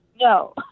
no